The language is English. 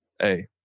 hey